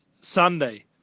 Sunday